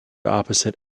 opposite